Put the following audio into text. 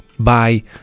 Bye